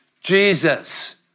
Jesus